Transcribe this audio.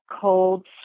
cold